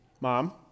Mom